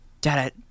Dad